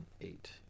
eight